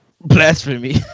Blasphemy